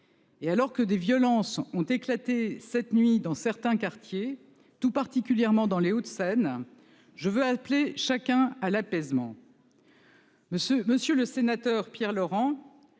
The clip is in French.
Alors que des violences ont éclaté cette nuit dans certains quartiers, tout particulièrement dans les Hauts-de-Seine, j'appelle à l'apaisement. Monsieur le sénateur Pierre Laurent,